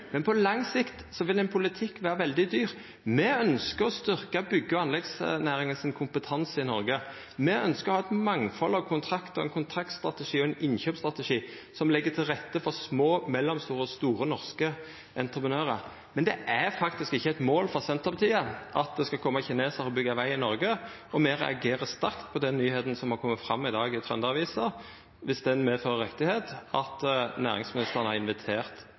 Men på lang sikt vil ein slik politikk vera veldig dyr. Me ønskjer å styrkja kompetansen i bygg- og anleggsnæringa i Noreg. Me ønskjer å ha eit mangfald av kontraktar og ein kontraktstrategi og ein innkjøpsstrategi som legg til rette for små, mellomstore og store norske entreprenørar. Men det er faktisk ikkje eit mål for Senterpartiet at det skal koma kinesarar og byggja veg i Noreg, og me reagerer sterkt på den nyheita som har kome fram i dag i Trønder-Avisa – viss ho stemmer – at næringsministeren har invitert